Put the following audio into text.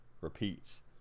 repeats